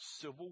civil